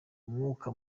umwuka